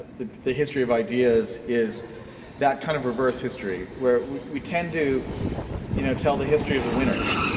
the the history of ideas is that kind of reverse history, where we tend to you know tell the history of the winners.